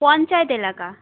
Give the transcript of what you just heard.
পঞ্চায়েত এলাকা